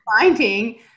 finding